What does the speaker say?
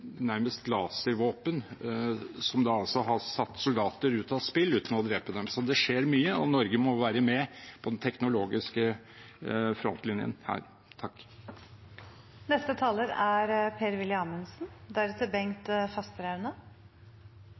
nærmest laservåpen som har satt soldater ut av spill uten å drepe dem. Det skjer mye, og Norge må være med i den teknologiske frontlinjen. Vi er vitne til en svært spesiell debatt i dag som delvis er